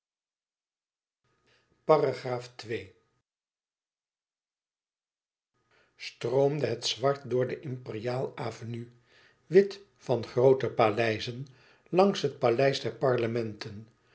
stroomde het zwart door de imperiaal avenue wit van groote paleizen langs het paleis der parlementen